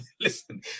listen